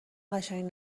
قشنگ